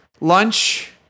lunch